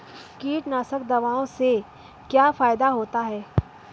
कीटनाशक दवाओं से क्या फायदा होता है?